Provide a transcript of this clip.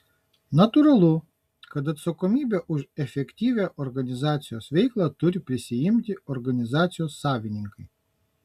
natūralu kad atsakomybę už efektyvią organizacijos veiklą turi prisiimti organizacijos savininkai